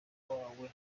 wawe